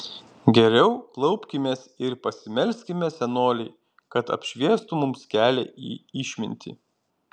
geriau klaupkimės ir pasimelskime senolei kad apšviestų mums kelią į išmintį